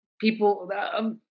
people